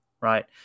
right